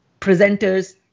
presenters